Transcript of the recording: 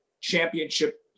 championship